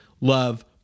love